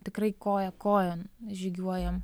tikrai koja kojon žygiuojam